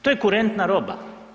To je kurentna roba.